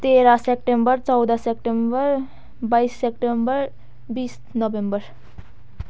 तेह्र सेप्टेम्बर चौध सेप्टेम्बर बाइस सेप्टेम्बर बिस नोभेम्बर